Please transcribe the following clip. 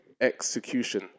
Execution